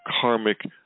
karmic